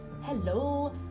Hello